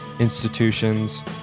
institutions